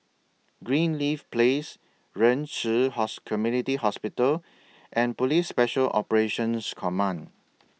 Greenleaf Place Ren Ci House Community Hospital and Police Special Operations Command